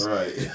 right